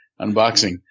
unboxing